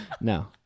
No